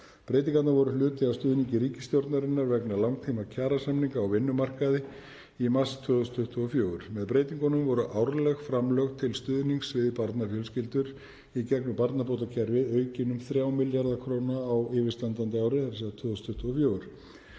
Breytingarnar voru hluti af stuðningi ríkisstjórnarinnar vegna langtímakjarasamninga á vinnumarkaði í mars 2024. Með breytingunum voru árleg framlög til stuðnings við barnafjölskyldur í gegnum barnabótakerfið aukin um 3 milljarða kr. á yfirstandandi ári, 2024,